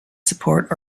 support